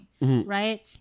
Right